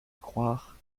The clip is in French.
croire